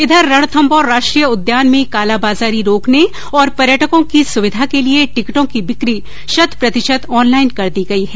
इधर रणथंमौर राष्ट्रीय उद्यान में कालाबाजारी रोकने और पर्यटकों की सुविधा के लिये टिकटों की बिक्री शत प्रतिशत ऑनलाइन कर दी गई है